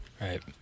Right